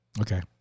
okay